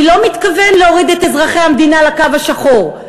אני לא מתכוון להוריד את אזרחי המדינה לקו השחור,